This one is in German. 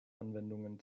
anwendungen